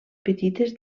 petites